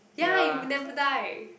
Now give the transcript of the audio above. ya you never die